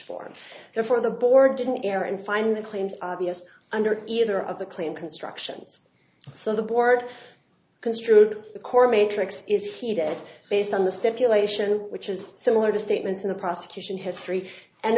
for the for the board didn't care and find the claims under either of the claim constructions so the board construed the core matrix is heated based on the stipulation which is similar to statements in the prosecution history and